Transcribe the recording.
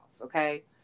okay